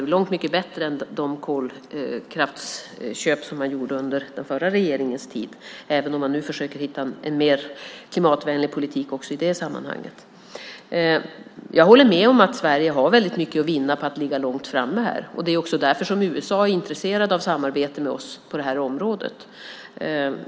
Den är långt mycket bättre än de kolkraftsköp som gjordes under den förra regeringens tid, även om man nu försöker hitta en mer klimatvänlig politik också i det sammanhanget. Jag håller med om att Sverige har väldigt mycket att vinna på att ligga långt framme på det här området. Det är också därför som USA är intresserat av ett samarbete med oss på området.